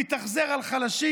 מתאכזר לחלשים.